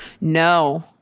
no